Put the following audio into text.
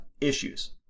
issues